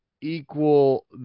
equal